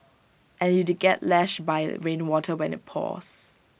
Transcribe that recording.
and you'd get lashed by rainwater when IT pours